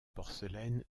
porcelaine